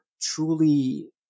truly